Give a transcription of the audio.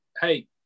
Hey